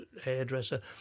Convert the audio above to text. hairdresser